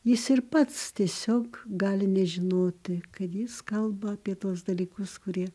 jis ir pats tiesiog gali nežinoti kad jis kalba apie tuos dalykus kurie